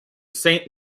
saint